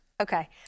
Okay